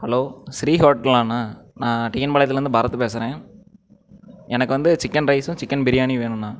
hollow Sri ஹோட்டலாண்ணா நான் TN பாளையத்துலேர்ந்து பரத் பேசுகிறேன் எனக்கு வந்து சிக்கன் ரைஸ் சிக்கன் பிரியாணியும் வேணும்ண்ணா